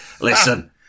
Listen